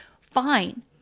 fine